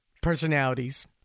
personalities